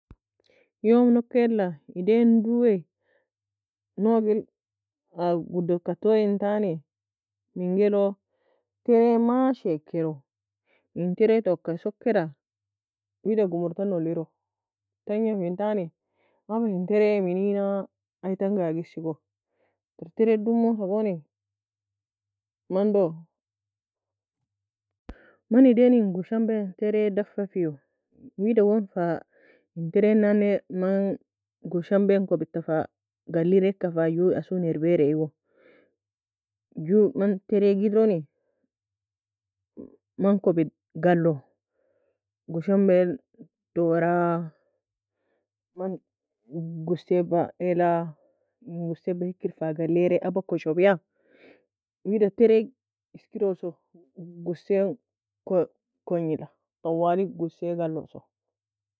Yomnokela idean dowei nougel godoka aa touyintani, menga elo? Terea mashaieka elo. In taereatoka sokeda, wida gumurtana oliro, tagnafintani apa in terea menina? Aytanga ag esigo, tar terea domosa gon, mando man edianin goshambae terea dafafio, wida gon fa in tereanane man goshambaen kobidta fa galireka fa ju asoon erbaerie igo, Ju man tereaga ederoni man kobid galo, goshambael tora, man gussaebe eloa, gussaebe hikir fa galare? Aba koshobya? Wida tereaga iskiroso gussaen ko kgnila, tawali gussae galoso.